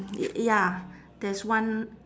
y~ ya there's one